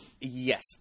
Yes